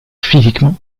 physiquement